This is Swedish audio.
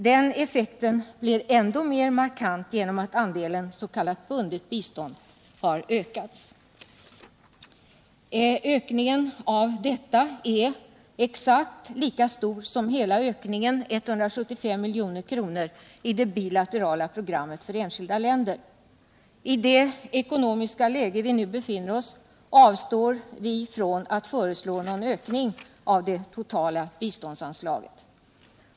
Den effekten blir ännu mer markant genom att andelen s.k. bundet bistånd har ökats. Den ökningen är exakt lika stor som hela ökningen, 175 milj.kr., i det bilaterala programmet för enskilda länder. I det ekonomiska läge vi nu befinner oss avstår vi från att föreslå någon ökning av det totala biståndsanslaget.